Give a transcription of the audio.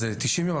אז זה 90 יום.